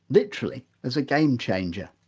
literally, as a game changer.